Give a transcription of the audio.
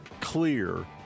clear